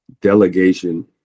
Delegation